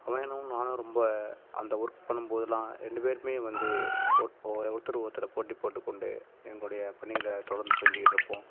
அவனும் நானும் ரொம்ப அந்த ஒர்க் பண்ணும்போதெல்லாம் ரெண்டு பேரும் வந்து போட் ஒவ்வொரு ஒருத்தரை ஒருத்தர் போட்டி போட்டு கொண்டு எங்களுடைய பணிகளை தொடர்ந்து செஞ்சிகிட்டுருப்போம்